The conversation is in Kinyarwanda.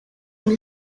muri